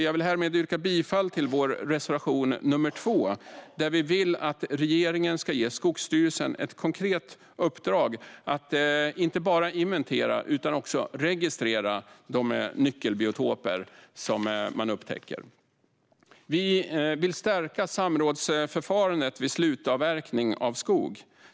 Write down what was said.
Jag yrkar härmed bifall till vår reservation 2 om att vi vill att regeringen ska ge Skogsstyrelsen ett konkret uppdrag att inte bara inventera utan också registrera de nyckelbiotoper som man upptäcker. Vi vill stärka samrådsförfarandet vid slutavverkning av skog.